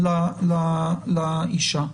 לאישה.